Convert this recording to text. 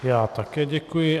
Já také děkuji.